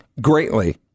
Greatly